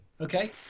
okay